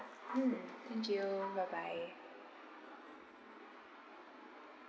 mm thank you bye bye